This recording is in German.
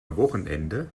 wochenende